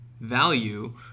value